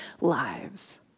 lives